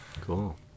Cool